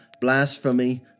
blasphemy